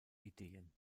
ideen